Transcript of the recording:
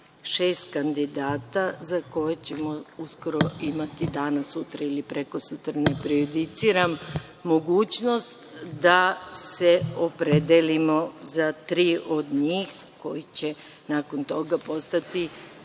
šest kandidata za koje ćemo uskoro imati, danas, sutra ili prekosutra, ne prejudiciram, mogućnost da se opredelimo za tri od njih koji će nakon toga postati